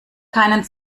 keinen